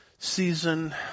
Season